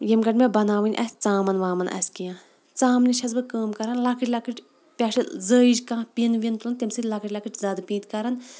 ییٚمہِ گٲنٛٹہِ مےٚ بَناوٕنۍ آسہِ ژامَن وامَن آسہِ کینٛہہ ژامنہِ چھٮ۪س بہٕ کٲم کَران لَکٕٹۍ لَکٕٹۍ پٮ۪ٹھٕ زٲیِج کانٛہہ پِن وِن تُلان تیٚمہِ سۭتۍ لَکٕٹۍ لَکٕٹۍ زَدٕ پیٖنٛتۍ کَران